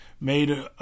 made